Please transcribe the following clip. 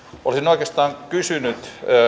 olisin oikeastaan kysynyt